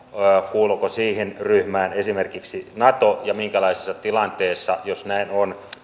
kuuluuko siihen ryhmään esimerkiksi nato ja minkälaisessa tilanteessa jos näin on